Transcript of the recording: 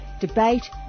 debate